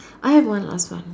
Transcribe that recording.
I have one last one